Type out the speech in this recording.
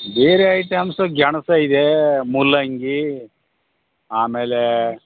ಬೇರೆ ಐಟಮ್ಸ ಗೆಣಸು ಇದೆ ಮೂಲಂಗಿ ಆಮೇಲೆ